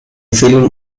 film